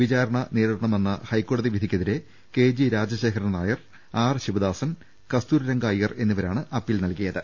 വിചാരണ് നേരിടണമെന്ന ഹൈക്കോടതി വിധിക്കെതിരെ K G Rajasekharan Nair R Sivadasan Kasturiranga Iyer എന്നിവരാണ് അപ്പീൽ നൽകിയത്